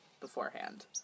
beforehand